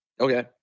Okay